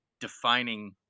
defining